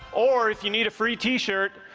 or if you need a free t-shirt,